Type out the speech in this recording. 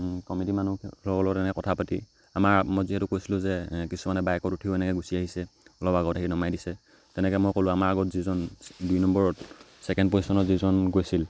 committee মানুহ লগতো এনেকৈ কথা পাতি আমাৰ মই যিহেতু কৈছিলোঁ যে কিছুমানে বাইকত উঠিও এনেকৈ গুচি আহিছে অলপ আগত আহি নমাই দিছে তেনেকৈ মই ক'লোঁ আমাৰ আগত যিজন দুই নম্বৰত ছেকেণ্ড পজিশ্যনত যিজন গৈছিল